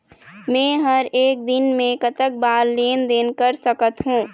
मे हर एक दिन मे कतक बार लेन देन कर सकत हों?